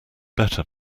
better